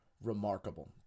remarkable